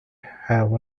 have